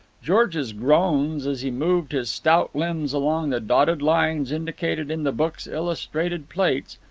george's groans, as he moved his stout limbs along the dotted lines indicated in the book's illustrated plates,